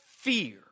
fear